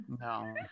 no